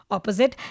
Opposite